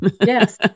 Yes